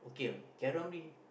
K Kylo Hambri